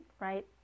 right